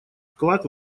вклад